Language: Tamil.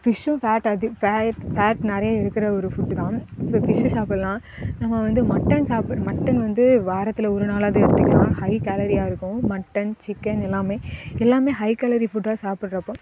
ஃபிஷ்ஷும் ஃபேட் அதிக ஃபேட் ஃபேட் நிறைய இருக்கிற ஒரு ஃபுட்டு தான் இப்போ ஃபிஷ்ஷு சாப்பிட்லாம் நம்ம வந்து மட்டன் சாப்பிட் மட்டன் வந்து வாரத்தில் ஒரு நாளாவது எடுத்துக்கலாம் ஹை கேலரியாக இருக்கும் மட்டன் சிக்கன் எல்லாமே எல்லாமே ஹை கேலரி ஃபுட்டாக சாப்பிட்றப்போ